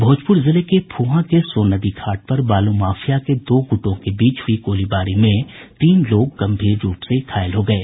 भोजपुर जिले के फुहां के सोन नदी घाट पर बालू माफिया के दो गुटों के बीच हुई गोलीबारी में तीन लोग गंभीर रूप से घायल हो गये